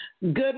Good